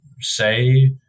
say